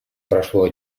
прошло